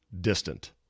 distant